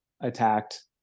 attacked